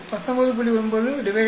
1075 19